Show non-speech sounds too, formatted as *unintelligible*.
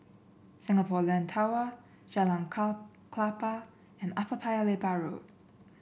Singapore Land Tower Jalan *unintelligible* Klapa and Upper Paya Lebar Road